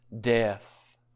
death